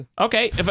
Okay